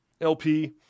LP